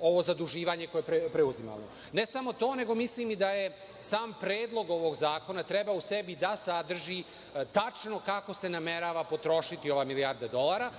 ovo zaduživanje koje preuzimamo. Ne samo to, nego mislim i da je sam predlog ovog zakona, trebao u sebi da sadrži tačno kako se namerava potrošiti ova milijarda dolara,